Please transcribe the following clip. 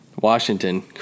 Washington